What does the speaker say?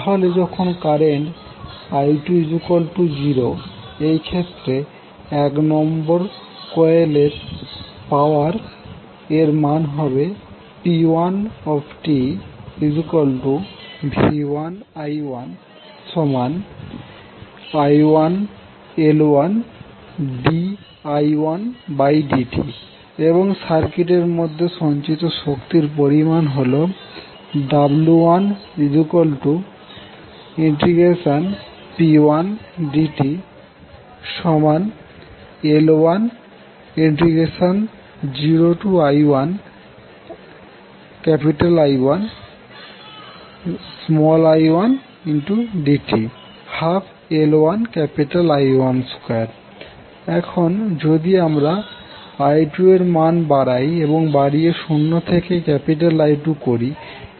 তাহলে যখন current i20 এই ক্ষেত্রে এক নম্বর কোয়েলের পাওয়ার এর মান হবে p1tv1i1i1L1di1dt এবং সার্কিট এর মধ্যে সঞ্চিত শক্তির পরিমাণ হলো w1p1dtL10I1i1dt12L1I12 এখন যদি আমরা i2 এর মান বাড়াই এবং বাড়িয়ে শূন্য থেকে I2করি